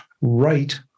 right